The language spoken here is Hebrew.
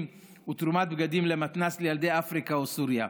ותרומת בגדים למתנ"ס לילדי אפריקה או סוריה,